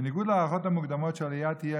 בניגוד להערכות המוקדמות, שהעלייה תהיה